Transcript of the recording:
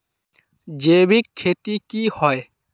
जैविक खेती की होय?